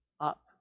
up